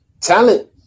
talent